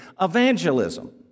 evangelism